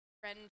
friend